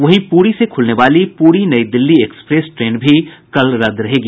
वहीं पुरी से खुलने वाली प्री नई दिल्ली एक्सप्रेस ट्रेन भी कल रद्द रहेगी